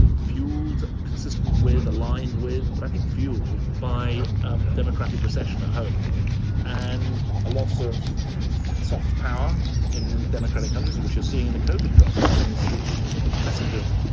fueled consistent with the lined with, but i think fueled by um democratic recession at home and a loss of soft power in democratic countries, which you're seeing in the kovar crisis. i mean, is the the message of